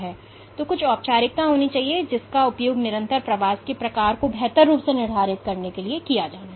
इसलिए कुछ औपचारिकता होनी चाहिए जिसका उपयोग निरंतर प्रवास के प्रकार को बेहतर रूप से निर्धारित करने के लिए किया जाना चाहिए